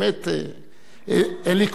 אין לי כוח למחוא כפיים,